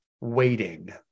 waiting